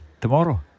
tomorrow